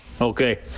Okay